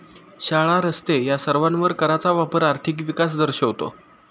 शाळा, रस्ते या सर्वांवर कराचा वापर आर्थिक विकास दर्शवतो